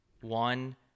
one